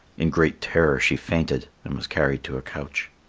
in great terror she fainted and was carried to a couch.